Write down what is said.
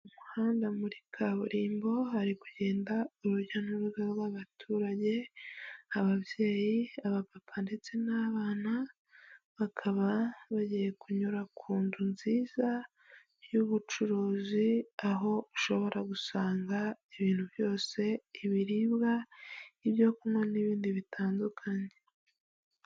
Mu muhanda muri kaburimbo hari kugenda urugendouru rw'abaturage, ababyeyi, aba papa ndetse n'abana bakaba bagiye kunyura ku nzu nziza y'ubucuruzi aho ushobora gusanga ibintu byose, ibiribwa, ibyokunywa n'ibindi bitandukanye.